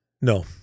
No